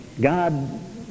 God